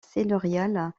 seigneuriale